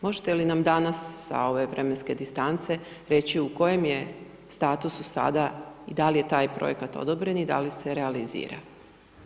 Možete li nam danas sa ove vremenske distance reći u kojem je statusu sada i da li je taj projekat odobren i da li se realizira?